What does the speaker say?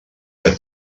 que